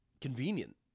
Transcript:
convenient